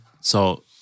So-